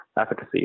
efficacy